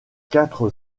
quatre